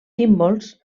símbols